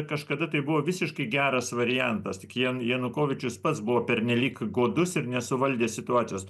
kažkada tai buvo visiškai geras variantas tik jan janukovičius pats buvo pernelyg godus ir nesuvaldė situacijos